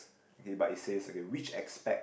okay but it say okay which aspect